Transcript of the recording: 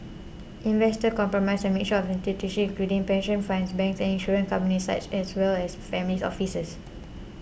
investors compromise a mixture of institutions including pension funds banks and insurance companies such as well as families offices